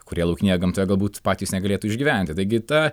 kurie laukinėje gamtoje galbūt patys negalėtų išgyventi taigi ta